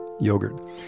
yogurt